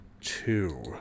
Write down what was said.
two